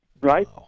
right